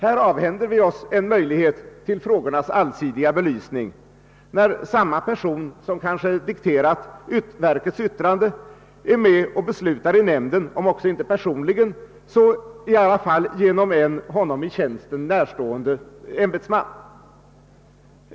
Därmed avhänder vi oss en möjlighet att få frågorna allsidigt belysta, när samma person som kanske dikterat verkets yttrande skall vara med och besluta i nämnden, om inte personligen så i varje fall genom en honom i tjänsten närstående ämbetsman.